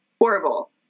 horrible